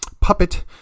puppet